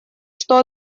что